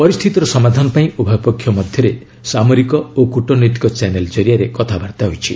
ପରିସ୍ଥିତିର ସମାଧାନ ପାଇଁ ଉଭୟପକ୍ଷ ମଧ୍ୟରେ ସାମରିକ ଓ କୂଟନୀତିକ ଚ୍ୟାନେଲ ଜରିଆରେ କଥାବାର୍ତ୍ତା ହୋଇଛି